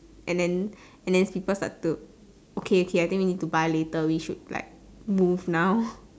and then and then people start to okay okay I think we need to move later we need to like move now